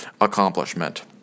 accomplishment